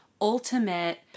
ultimate